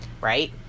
right